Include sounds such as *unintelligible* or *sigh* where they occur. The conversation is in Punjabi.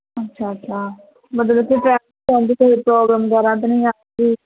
ਅੱਛਾ ਅੱਛਾ ਮਤਲਬ ਕਿ *unintelligible*